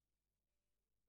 אבל